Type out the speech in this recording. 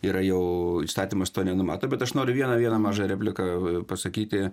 yra jau įstatymas to nenumato bet aš noriu vieną vieną mažą repliką pasakyti